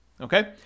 okay